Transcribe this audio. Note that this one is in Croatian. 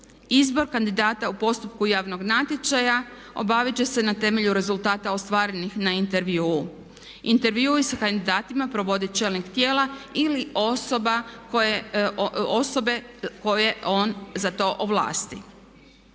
Izbor kandidata o postupku javnog natječaja obaviti će se na temelju rezultata ostvarenih na intervjuu. Intervju sa kandidatima provodi čelnik tijela ili osobe koje on za to ovlasti.